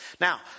Now